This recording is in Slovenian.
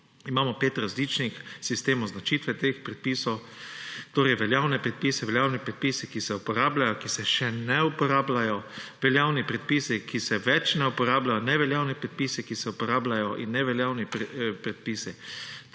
Imamo pet različnih sistemov označitve teh predpisov: veljavne predpise, veljavne predpise, ki se uporabljajo, ki se še ne uporabljajo, veljavni predpisi, ki se več ne uporabljajo, neveljavni predpisi, ki se uporabljajo, in neveljavni predpisi.